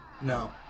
No